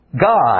God